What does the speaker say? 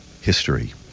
history